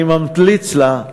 אני ממליץ לה,